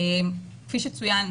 כפי שצוין,